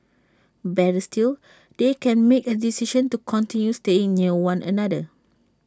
better still they can make A decision to continue staying near one another